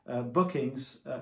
bookings